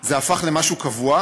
זה הפך למשהו קבוע,